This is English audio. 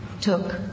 took